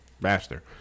master